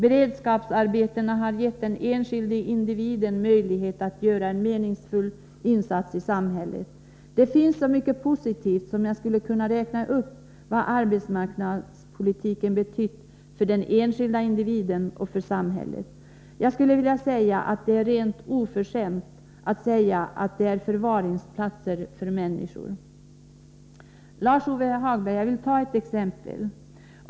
Beredskapsarbetena har gett den enskilde individen möjlighet att göra en meningsfull insats i samhället. Jag skulle kunna räkna upp många positiva exempel på vad arbetsmarknadspoli tiken betytt för den enskilde individen och för samhället. Jag skulle vilja säga att det är rent oförskämt att här tala om ”förvaringsplatser” för människor. Lars-Ove Hagberg! Jag vill belysa detta med ett exempel.